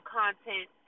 content